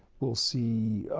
we'll see